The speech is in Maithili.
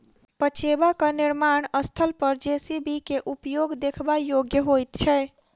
पजेबाक निर्माण स्थल पर जे.सी.बी के उपयोग देखबा योग्य होइत छै